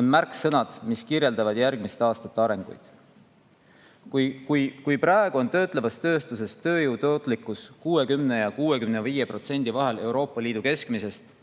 on märksõnad, mis kirjeldavad järgmiste aastate arengut. Kui praegu on töötlevas tööstuses tööjõu tootlikkus 60% ja 65% vahel Euroopa Liidu keskmisest,